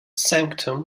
sanctum